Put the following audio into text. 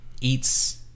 eats